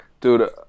Dude